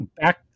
Back